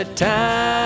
time